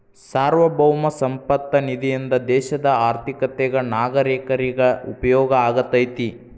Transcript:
ಸಾರ್ವಭೌಮ ಸಂಪತ್ತ ನಿಧಿಯಿಂದ ದೇಶದ ಆರ್ಥಿಕತೆಗ ನಾಗರೇಕರಿಗ ಉಪಯೋಗ ಆಗತೈತಿ